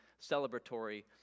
celebratory